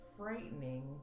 Frightening